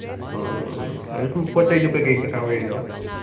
ꯎꯝ ꯑꯗ ꯁꯨꯝ ꯄꯣꯠ ꯆꯩꯗꯣ ꯀꯩꯀꯩ ꯗꯔꯀꯥꯔ ꯑꯣꯏꯔꯤꯅꯣ